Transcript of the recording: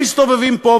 הם מסתובבים פה,